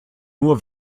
nur